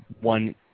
one